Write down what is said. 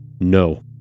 No